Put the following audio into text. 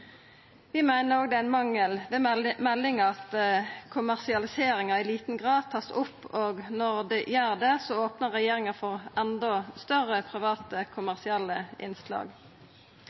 Vi meiner òg det er ein mangel ved meldinga at kommersialiseringa i liten grad vert tatt opp, og når ho vert det, opnar regjeringa for enda større private kommersielle innslag.